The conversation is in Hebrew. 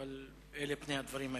אבל אלה פני הדברים היום.